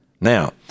Now